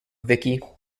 vickie